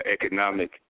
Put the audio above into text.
economic